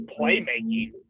playmaking